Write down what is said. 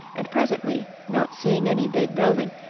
and presently, not seeing any big building,